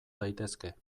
daitezke